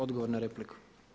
Odgovor na repliku.